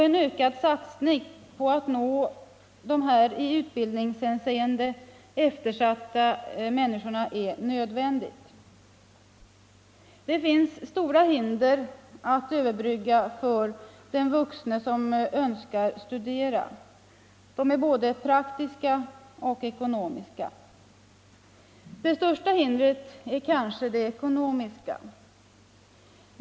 En ökad satsning på att nå dessa i utbildningshänseende eftersatta människor är nödvändig. Det finns stora hinder att överbrygga för den vuxne som önskar studera. De är både ekonomiska och praktiska. Det största hindret är kanske det ekonomiska.